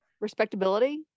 respectability